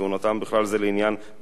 ובכלל זה לעניין תנאי כשירות,